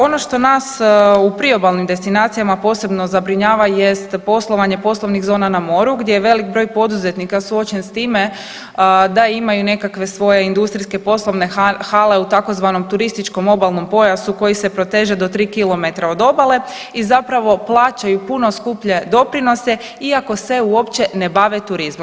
Ono što nas u priobalnim destinacijama posebno zabrinjava jest poslovanje poslovnih zona na moru gdje je velik broj poduzetnika suočen s time da imaju nekakve svoje industrijske hale u tzv. turističkom obalnom pojasu koji se proteže do 3 km od obale i zapravo plaćaju puno skuplje doprinose, iako se uopće ne bave turizmom.